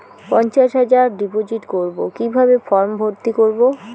পঞ্চাশ হাজার ডিপোজিট করবো কিভাবে ফর্ম ভর্তি করবো?